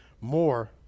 more